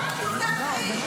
זאת לא רמה.